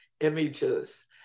images